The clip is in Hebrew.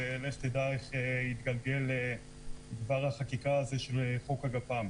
ולך תדע איך התגלגל דבר החקיקה הזה של חוק הגפ"מ,